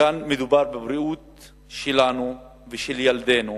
כאן מדובר בבריאות שלנו ושל ילדינו,